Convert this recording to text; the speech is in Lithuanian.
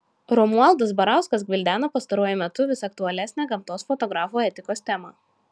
romualdas barauskas gvildena pastaruoju metu vis aktualesnę gamtos fotografų etikos temą